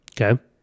Okay